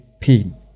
pin